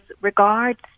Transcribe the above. regards